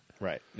right